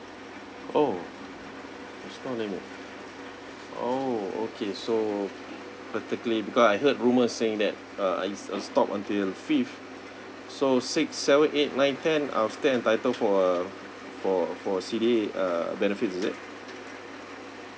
oh there's no limit oh okay so practically because I heard rumors saying that uh it's a stop until fifth so six seven eight nine ten are still entitled for a for for a C_D_A uh benefits is it